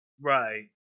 Right